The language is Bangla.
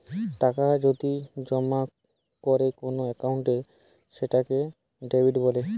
টাকা যদি জমা করে কোন একাউন্টে সেটাকে ডেবিট বলে